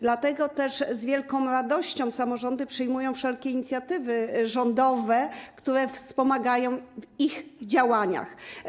Dlatego też z wielką radością samorządy przyjmują wszelkie inicjatywy rządowe, które wspomagają ich działania.